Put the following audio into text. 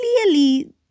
clearly